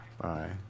Bye